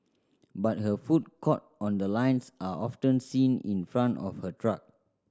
but her food caught on the lines are often seen in front of her truck